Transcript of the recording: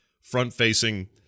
front-facing